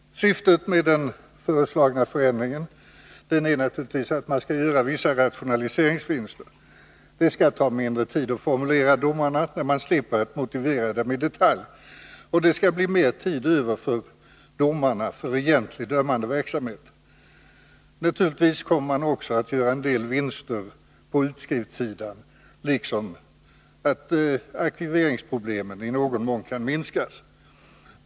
Syftet med den föreslagna förändringen är naturligtvis att man skall göra vissa rationaliseringsvinster. Det skall ta mindre tid att formulera domarna när man slipper motivera dem i detalj, och det skall bli mer tid över för domarna till egentlig dömande verksamhet. Naturligtvis kommer man också att göra en del vinster på utskriftssidan, liksom arkiveringsproblemen i någon mån kan minskas.